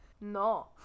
No